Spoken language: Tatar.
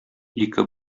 ике